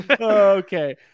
Okay